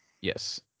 Yes